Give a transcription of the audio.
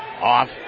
Off